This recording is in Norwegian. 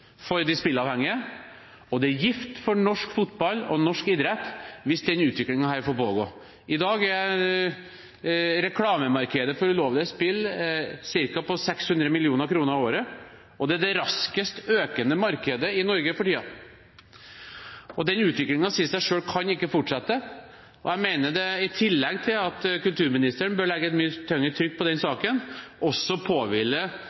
for norsk fotball og norsk idrett hvis denne utviklingen får pågå. I dag er reklamemarkedet for ulovlige spill på ca. 600 mill. kr i året. Det er det raskest økende markedet i Norge for tiden. Den utviklingen sier det seg selv at ikke kan fortsette. Jeg mener at det, i tillegg til at kulturministeren bør legge et mye tyngre trykk på den